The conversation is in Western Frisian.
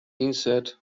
ynset